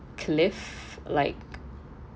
cliff like